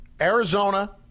Arizona